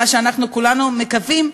מה שאנחנו כולנו מקווים,